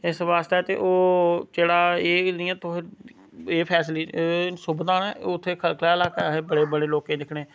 ते एस्स आस्तै ते ओह् जेह्ड़ा एह् कि जियां तुहें एह् फैसिलिटी सुविधा ना उत्थै खल्का ल्हाकै अहें बड़े बड़े लोकें गी दिक्खने